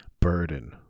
burden